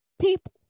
people